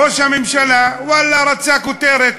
ראש הממשלה, ואללה, רצה כותרת.